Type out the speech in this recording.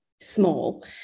small